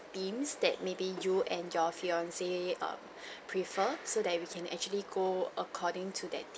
themes that maybe you and your fiance um prefer so that we can actually go according to that theme